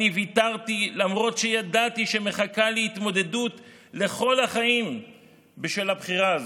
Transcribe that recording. אני ויתרתי למרות שידעתי שמחכה לי התמודדות לכל החיים בשל הבחירה הזאת.